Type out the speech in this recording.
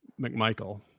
McMichael